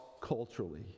culturally